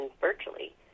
virtually